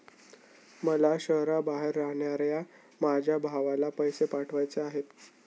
मला शहराबाहेर राहणाऱ्या माझ्या भावाला पैसे पाठवायचे आहेत